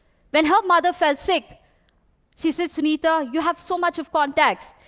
when her mother fell sick she said, sunitha, you have so much of contacts.